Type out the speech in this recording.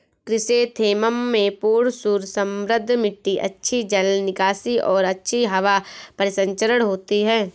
chrysanthemum में पूर्ण सूर्य समृद्ध मिट्टी अच्छी जल निकासी और अच्छी हवा परिसंचरण होती है